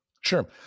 Sure